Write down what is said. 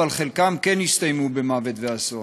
אבל חלקם כן הסתיימו במוות ואסון.